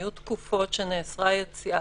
היו תקופות שנאסרה יציאה.